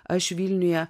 aš vilniuje